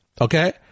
Okay